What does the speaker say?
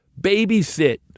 babysit